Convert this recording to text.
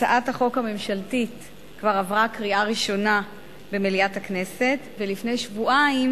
הצעת החוק הממשלתית כבר עברה קריאה ראשונה במליאת הכנסת ולפני שבועיים